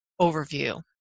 overview